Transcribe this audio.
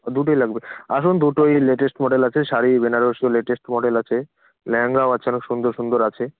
ও দুটোই লাগবে আসুন দুটোই লেটেস্ট মডেল আছে শাড়ি বেনারসিও লেটেস্ট মডেল আছে ল্যাহেঙ্গাও আছে অনেক সুন্দর সুন্দর আছে